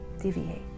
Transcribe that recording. deviate